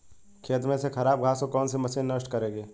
खेत में से खराब घास को कौन सी मशीन नष्ट करेगी?